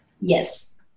Yes